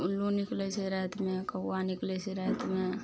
उल्लूओ निकलय छै रातिमे कौआ निकलय छै रातिमे